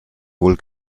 wohl